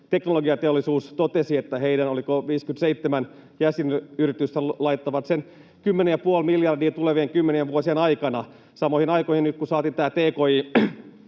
Teknologiateollisuus totesi, että heidän, oliko, 57 jäsenyritystään laittaa sen 10,5 miljardia käyttöön tulevien kymmenien vuosien aikana, samoihin aikoihin kun nyt saatiin tämä